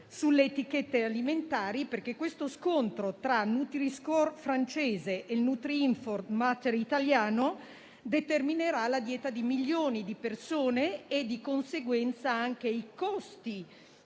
sulle etichette alimentari, perché lo scontro tra nutri-score francese e nutrinform battery italiano determinerà la dieta di milioni di persone e, di conseguenza, anche i costi